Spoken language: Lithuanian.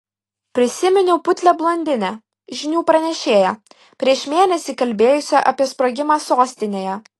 prisiminiau putlią blondinę žinių pranešėją prieš mėnesį kalbėjusią apie sprogimą sostinėje